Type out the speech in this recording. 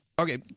Okay